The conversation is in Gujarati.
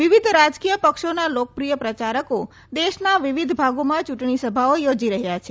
વિવિધ રાજકીય પક્ષોના લોકપ્રિય પ્રચારકો દેશના વિવિધ ભાગોમાં ચૂંટણી સભાઓ યોજી રહયાં છે